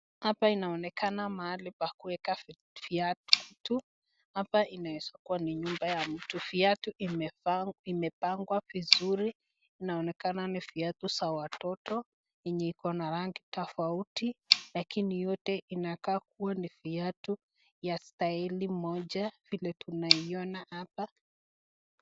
Hapa inaonekana mahali pa kuweka viatu, hapa inawezakuwa ni nyumba ya mtu, viatu imepangwa vizuri inaonekana ni viatu za watoto yenye iko na rangi tofauti ,lakini yote inakuwa kuwa ni viatu ya staili moja vile tunaiona hapa.